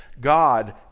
God